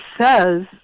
says